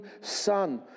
son